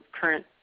current